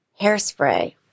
Hairspray